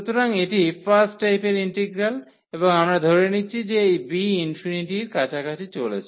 সুতরাং এটি ফার্স্ট টাইপের ইন্টিগ্রাল এবং আমরা ধরে নিচ্ছি যে এই b ∞ এর কাছাকাছি চলেছে